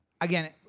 again